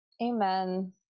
Amen